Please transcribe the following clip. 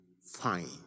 fine